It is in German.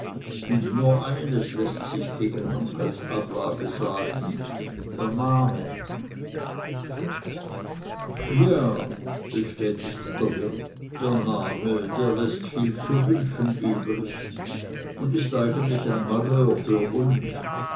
und nur eins läßt sich gegen hankels ablage sagen der name ja bestätigte der wirt der name der läßt viel zu wünschen übrig und ist eigentlich ein malheur für uns